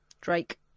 Drake